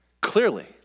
clearly